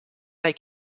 they